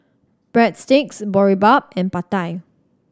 Breadsticks Boribap and Pad Thai